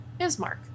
ismark